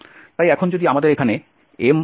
তাই এখন যদি আমাদের এখানে m n হয় তাহলে কি হবে